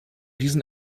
diesen